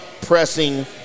pressing